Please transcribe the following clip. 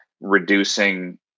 reducing